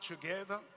together